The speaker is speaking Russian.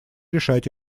решать